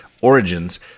Origins